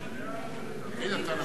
תגיד, אתה נפלת על הראש אתה?